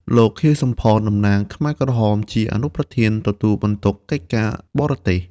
លោក ខៀវ សំផន តំណាងខ្មែរក្រហម ជាអនុប្រធានទទួលបន្ទុកកិច្ចការបរទេស។